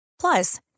Plus